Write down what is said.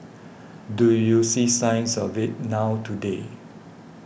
do you see signs of it now today